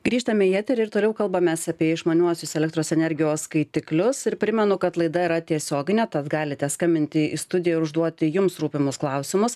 grįžtam į eterį ir toliau kalbamės apie išmaniuosius elektros energijos skaitiklius ir primenu kad laida yra tiesioginė tad galite skambinti į studiją ir užduoti jums rūpimus klausimus